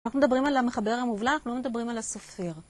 אנחנו מדברים על המחבר המובלע, אנחנו לא מדברים על הסופר.